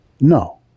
No